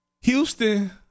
Houston